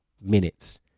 minutes